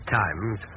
times